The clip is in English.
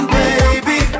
baby